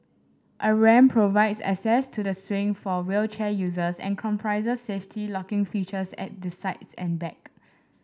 a ramp provides access to the swing for wheelchair users and comprises safety locking features at the sides and back